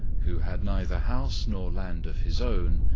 who had neither house nor land of his own,